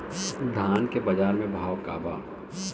धान के बजार में भाव का बा